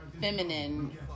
feminine